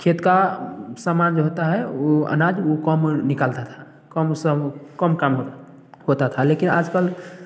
खेत का समान जो होता है उस अनाज उस कम निकालता था कम सम कम काम होता था लेकिन आजकल